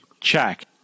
check